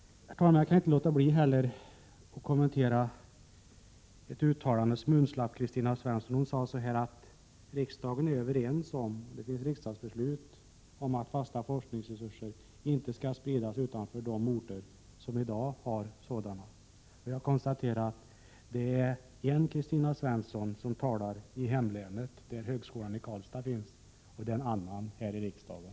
Herr talman! Jag kan inte heller låta bli att kommentera ett uttalande som undslapp Kristina Svensson. Hon sade att riksdagen har fattat beslut om att fasta forskningsresurser inte skall spridas utanför de orter som i dag har sådana. Jag konstaterar att det är en Kristina Svensson som talar i hemlänet, där högskolan i Karlstad finns, och en annan som talar här i riksdagen.